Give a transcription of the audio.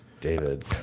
David